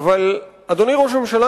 אדוני ראש הממשלה,